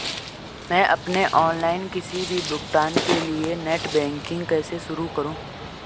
मैं अपने ऑनलाइन किसी भी भुगतान के लिए नेट बैंकिंग कैसे शुरु करूँ?